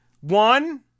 One